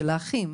של האחים?